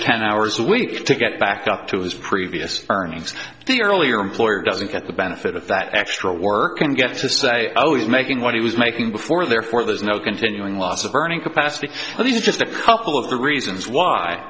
ten hours a week to get back up to his previous earnings the earlier employer doesn't get the benefit of that extra work and get to say oh he's making what he was making before therefore there's no continuing lots of earning capacity so this is just a couple of the reasons why